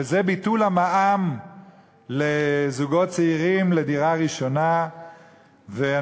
וזה ביטול המע"מ על דירה ראשונה לזוגות צעירים.